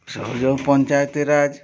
ସହ ଯେଉଁ ପଞ୍ଚାୟତିରାଜ